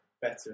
Better